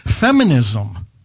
feminism